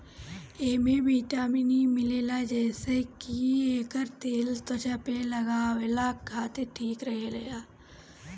एमे vitamin E मिलेला जेसे की एकर तेल त्वचा पे लगवला खातिर भी ठीक रहेला